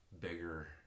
bigger